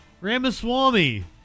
Ramaswamy